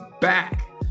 back